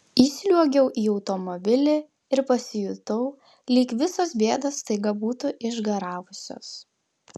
įsliuogiau į automobilį ir pasijutau lyg visos bėdos staiga būtų išgaravusios